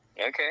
Okay